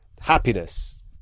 Happiness